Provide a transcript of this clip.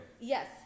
Yes